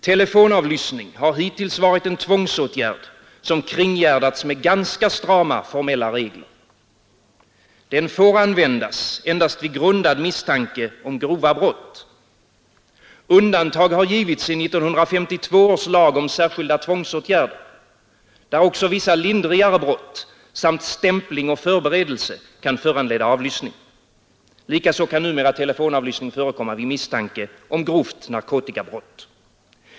Telefonavlyssning har hittills varit en tvångsåtgärd som kringgärdats med ganska strama formella regler. Den får användas endast vid grundad misstanke om grova brott. Undantag har givits i 1952 års lag om särskilda tvångsåtgärder, där också vissa lindrigare brott samt stämpling och förberedelse kan föranleda avlyssning. Likaså kan numera telefonavlyssning förekomma vid misstanke om grovt narkotikabrott.